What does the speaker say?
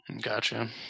Gotcha